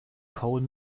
cole